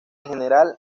general